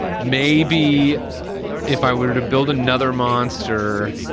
maybe if i were to build another monster.